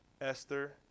Esther